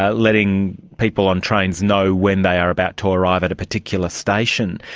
ah letting people on trains know when they are about to arrive at a particular station,